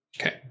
Okay